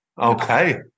Okay